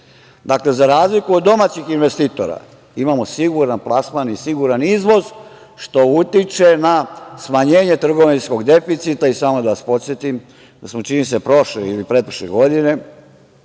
Za razliku od domaćih investitora imamo siguran plasman i siguran izvoz, što utiče na smanjenje trgovinskog deficita i, samo da vas podsetim da smo prošle ili pretprošle godine,